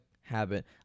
habit